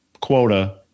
quota